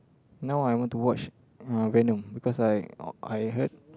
now I want to watch uh Venom because I I heard